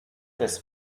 des